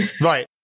Right